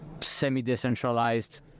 semi-decentralized